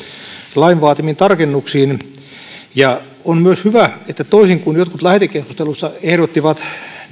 lain vaatimiin tarkennuksiin on myös hyvä että toisin kuin jotkut lähetekeskustelussa ehdottivat